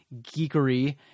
geekery